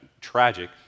tragic